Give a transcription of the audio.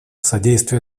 содействие